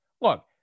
look